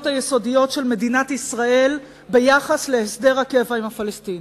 היסודיות של מדינת ישראל ביחס להסדר הקבע עם הפלסטינים.